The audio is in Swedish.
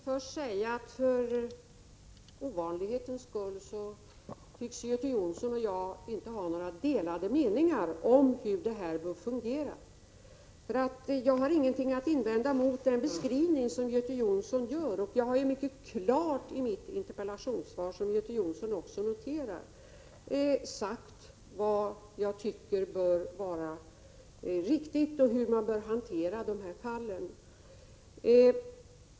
Herr talman! Låt mig först säga att Göte Jonsson och jag för ovanlighetens skull inte tycks ha några delade meningar om hur detta bör fungera. Jag har ingenting att invända mot den beskrivning Göte Jonsson gör. Jag har ju i mitt interpellationssvar, som Göte Jonsson också noterar, mycket klart sagt vad jag tycker är riktigt och hur man bör hantera dessa fall.